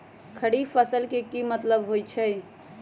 खरीफ फसल के की मतलब होइ छइ?